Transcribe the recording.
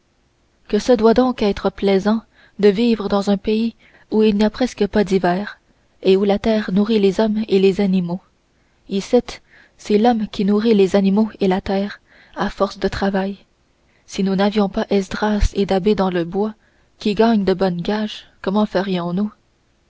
que ce doit donc être plaisant de vivre dans un pays où il n'y a presque pas d'hiver et où la terre nourrit les hommes et les animaux icitte c'est l'homme qui nourrit les animaux et la terre à force de travail si nous n'avions pas esdras et da'bé dans le bois qui gagnent de bonnes gages comment